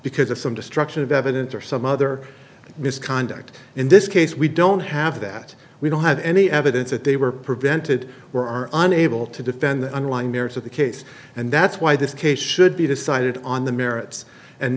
because of some destruction of evidence or some other misconduct in this case we don't have that we don't have any evidence that they were prevented were are unable to defend the underlying merits of the case and that's why this case should be decided on the merits and